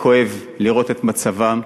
כואב לראות את מצבן,